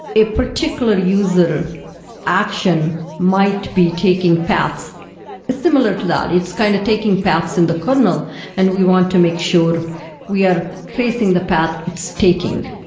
a particular user action might be taking paths similar to that. it's kind of taking paths in the kernel and we want to make sure we are tracing the path it's taking.